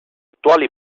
attuali